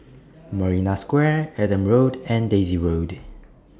Marina Square Adam Road and Daisy Road